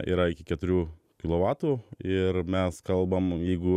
yra iki keturių kilovatų ir mes kalbam jeigu